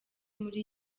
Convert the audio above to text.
muri